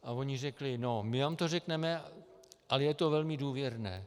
A oni řekli: My vám to řekneme, ale je to velmi důvěrné.